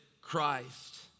Christ